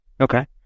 Okay